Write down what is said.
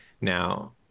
now